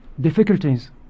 difficulties